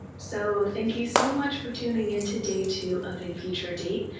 so thank you so much for tuning in to day two of a future date.